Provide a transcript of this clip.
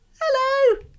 hello